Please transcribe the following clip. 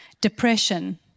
depression